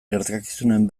gertakizunen